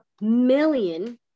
million